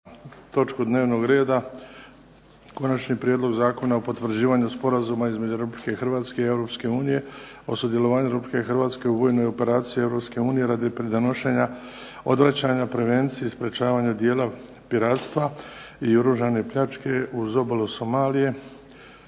točku dnevnog reda - Konačni prijedlog zakona o potvrđivanju Sporazuma između Republike Hrvatske i Europske unije o sudjelovanju Republike Hrvatske u vojnoj operaciji Europske unije radi pridonošenja odvraćanja, prevenciji i sprječavanju djela piratstva i oružane pljačke uz obalu Somalije